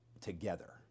together